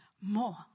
more